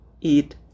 eat